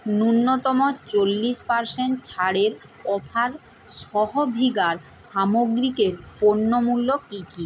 ন্যূনতম চল্লিশ পারসেন্ট ছাড়ের অফার সহ ভিগার সামগ্রীকের পণ্যমূল্য কী কী